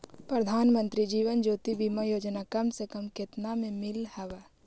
प्रधानमंत्री जीवन ज्योति बीमा योजना कम से कम केतना में मिल हव